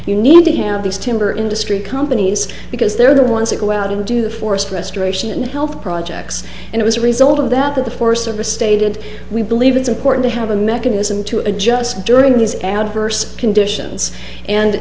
you need to have these timber industry companies because they're the ones that go out and do the forest restoration in health projects and it was a result of that the forest service stated we believe it's important to have a mechanism to adjust during these adverse conditions and